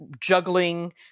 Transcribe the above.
juggling